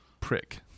prick